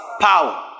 power